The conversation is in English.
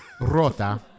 Rota